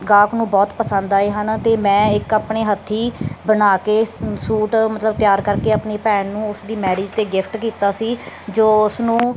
ਗਾਹਕ ਨੂੰ ਬਹੁਤ ਪਸੰਦ ਆਏ ਹਨ ਅਤੇ ਮੈਂ ਇੱਕ ਆਪਣੇ ਹੱਥੀਂ ਬਣਾ ਕੇ ਸੂਟ ਮਤਲਬ ਤਿਆਰ ਕਰਕੇ ਆਪਣੀ ਭੈਣ ਨੂੰ ਉਸਦੀ ਮੈਰਿਜ 'ਤੇ ਗਿਫਟ ਕੀਤਾ ਸੀ ਜੋ ਉਸਨੂੰ